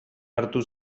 hartu